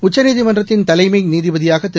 உச்சநீதிமன்றத்தின் தலைமை நீதிபதியாக திரு